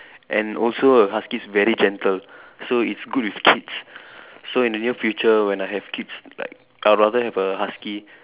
and also a husky's very gentle so it's good with kids so in the near future when I have kids like I rather have a husky